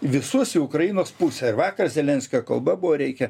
visus į ukrainos pusę ir vakar zelenskio kalba buvo reikia